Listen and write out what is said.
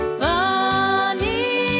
funny